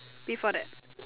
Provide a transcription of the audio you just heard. before that